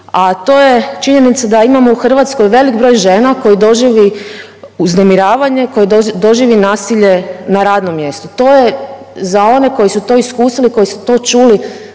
a to je činjenica da imamo u Hrvatskoj velik broj žena koji doživi uznemiravanje, koji doživi nasilje na radnom mjestu. To je za one koji su to iskusili koji su to čuli